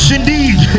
indeed